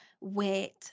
weight